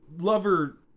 Lover